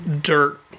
dirt